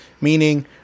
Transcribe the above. meaning